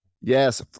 Yes